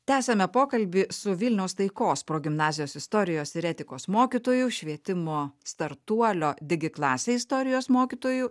tęsiame pokalbį su vilniaus taikos progimnazijos istorijos ir etikos mokytoju švietimo startuolio digi klasė istorijos mokytoju